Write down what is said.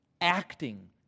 acting